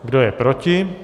Kdo je proti?